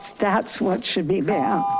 that's what should be banned.